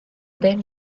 ben